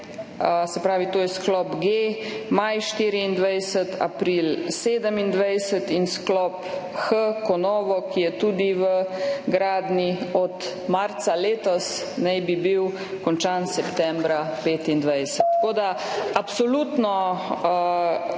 se pravi, to je sklop G, maj 2024–april 2027 in sklop H Konovo, ki je tudi v gradnji od marca letos, naj bi bil končan septembra 2025. Absolutno